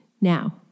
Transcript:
Now